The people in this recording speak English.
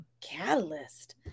catalyst